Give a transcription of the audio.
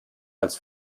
als